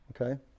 okay